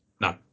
No